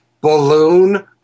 balloon